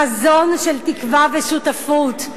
חזון של תקווה ושותפות,